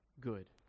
good